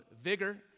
vigor